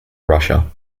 russia